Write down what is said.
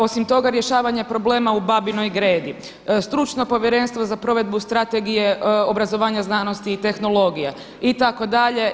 Osim toga rješavanje problema u Babinoj Gredi, Stručno povjerenstvo za provedbu Strategije obrazovanja, znanosti i tehnologije itd.